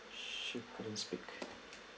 she couldn't speak